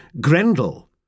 Grendel